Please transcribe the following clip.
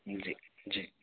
जी जी